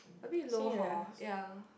a bit low hor ya